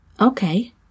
Okay